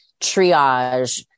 triage